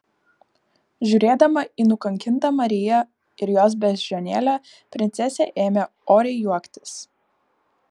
žiūrėdama į nukankintą mariją ir jos beždžionėlę princesė ėmė oriai juoktis